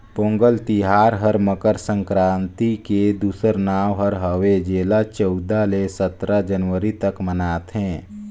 पोगंल तिहार हर मकर संकरांति के दूसरा नांव हर हवे जेला चउदा ले सतरा जनवरी तक मनाथें